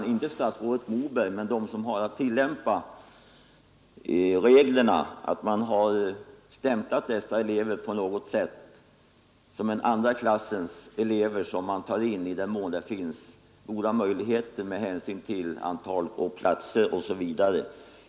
Jag menar inte att statsrådet Moberg har gjort detta, men jag beklagar om de som har att tillämpa reglerna stämplat folkhögskoleeleverna som några andra klassens elever som man tar in i den mån det finns goda möjligheter med hänsyn till antalet platser osv.